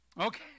Okay